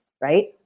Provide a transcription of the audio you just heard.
right